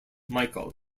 michael